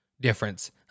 difference